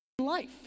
life